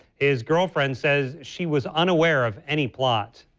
his girlfriend said she was unaware of any plot.